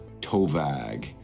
Tovag